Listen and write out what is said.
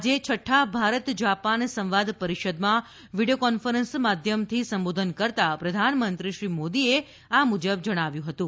આજે છઠ્ઠા ભારત જાપાન સંવાદ પરિષદમાં વિડિયો કોન્ફરન્સ માધ્યમથી સંબોધન કરતાં પ્રધાનમંત્રીશ્રી મોદીએ મુજબ જણાવ્યું હતું